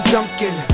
Duncan